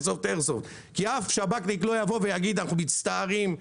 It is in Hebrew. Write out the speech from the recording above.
כי אף שב"כניק לא יבוא ויגיד 'אנחנו מצטערים,